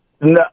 No